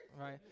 Right